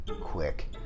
quick